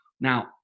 Now